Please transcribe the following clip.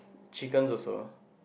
chicken also